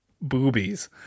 boobies